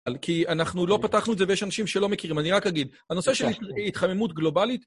כי אנחנו לא פתחנו את זה ויש אנשים שלא מכירים, אני רק אגיד, הנושא של התחממות גלובלית...